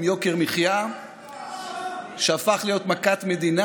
עם יוקר מחיה שהפך להיות מכת מדינה.